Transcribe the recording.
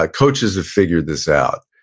ah coaches have figured this out,